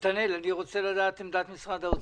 נתנאל, אני רוצה לדעת את עמדת משרד האוצר.